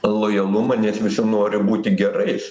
lojalumą nes visi nori būti gerais